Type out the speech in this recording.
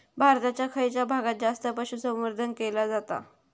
भारताच्या खयच्या भागात जास्त पशुसंवर्धन केला जाता?